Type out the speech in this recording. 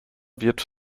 wird